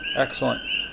excellent.